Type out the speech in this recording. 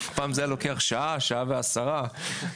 פעם זה היה שעה או 1:10 שעות.